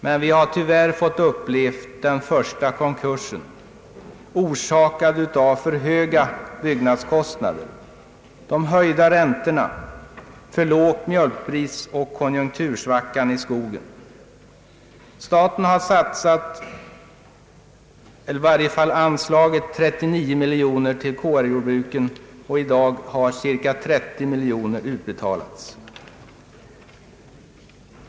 Men vi har tyvärr fått uppleva den första konkursen, orsakad av för höga byggnadskostnader, de höjda räntorna, för lågt mjölkpris och konjunktursvackan när det gäller skogen. Staten har anslagit 39 miljoner kronor till KR-jordbruken, och hittills har cirka 30 miljoner kronor utbetalats.